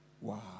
Wow